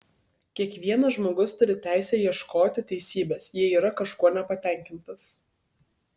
kiekvienas žmogus turi teisę ieškoti teisybės jei yra kažkuo nepatenkintas